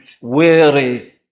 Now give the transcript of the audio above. weary